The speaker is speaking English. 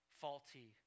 faulty